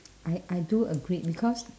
I I do agree because